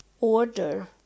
order